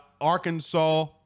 Arkansas